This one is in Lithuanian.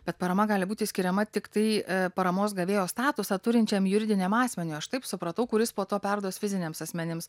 bet parama gali būti skiriama tiktai paramos gavėjo statusą turinčiam juridiniam asmeniui aš taip supratau kuris po to perduos fiziniams asmenims